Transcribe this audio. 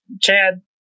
Chad